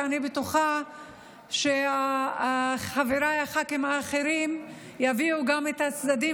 כי אני בטוחה שחבריי הח"כים האחרים יביאו גם את הצדדים